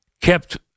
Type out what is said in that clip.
kept